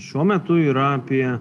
šiuo metu yra apie